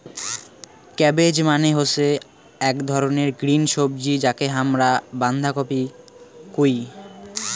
cabbage মানে হসে আক ধরণের গ্রিন সবজি যাকে হামরা বান্ধাকপি কুহু